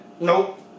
Nope